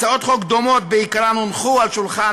הצעות חוק דומות בעיקרן הונחו על שולחן